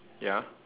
ya